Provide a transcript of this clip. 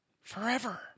Forever